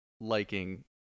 liking